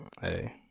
Hey